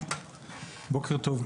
בוקר טוב.